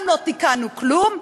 גם לא תיקנו כלום,